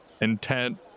intent